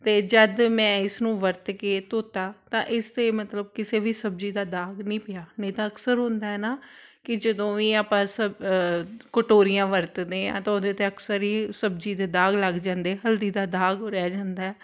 ਅਤੇ ਜਦ ਮੈਂ ਇਸ ਨੂੰ ਵਰਤ ਕੇ ਧੋਤਾ ਤਾਂ ਇਸ 'ਤੇ ਮਤਲਬ ਕਿਸੇ ਵੀ ਸਬਜ਼ੀ ਦਾ ਦਾਗ ਨਹੀਂ ਪਿਆ ਨਹੀਂ ਤਾਂ ਅਕਸਰ ਹੁੰਦਾ ਨਾ ਕਿ ਜਦੋਂ ਵੀ ਆਪਾਂ ਸਬ ਕਟੋਰੀਆਂ ਵਰਤਦੇ ਹਾਂ ਤਾਂ ਉਹਦੇ 'ਤੇ ਅਕਸਰ ਹੀ ਸਬਜ਼ੀ ਦੇ ਦਾਗ ਲੱਗ ਜਾਂਦੇ ਹਲਦੀ ਦਾ ਦਾਗ ਓ ਰਹਿ ਜਾਂਦਾ